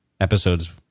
episodes